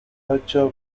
ocho